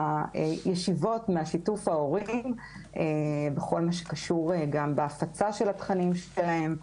מהישיבות ומשיתוף ההורים בכל מה שקשור גם בהפצה של התכנים שלהם,